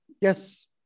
Yes